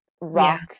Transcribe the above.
Rock